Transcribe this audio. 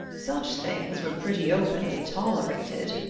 such things were pretty openly tolerated.